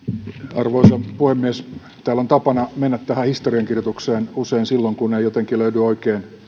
arvoisa puhemies täällä on tapana mennä historiankirjoitukseen usein silloin kun ei löydy oikein